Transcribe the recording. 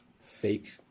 fake